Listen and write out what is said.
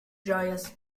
joyous